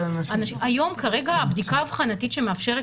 היום כרגע הבדיקה האבחנתית שמאפשרת